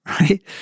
right